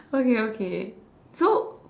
okay okay so